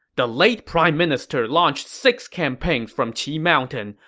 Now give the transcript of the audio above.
the late prime minister launched six campaigns from qi mountain,